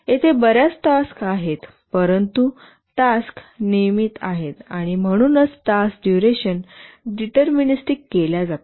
येथे बर्याच टास्क आहेतपरंतु टास्क नियमित आहेत आणि म्हणूनच टास्क डुरेशन डिटरमिनिस्टिक केल्या जातात